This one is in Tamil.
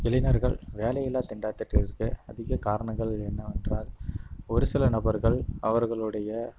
இளைஞர்கள் வேலையில்லா திண்டாட்டத்திற்கு அதிக காரணங்கள் என்னவென்றால் ஒரு சில நபர்கள் அவர்களுடைய